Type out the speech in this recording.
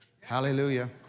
Hallelujah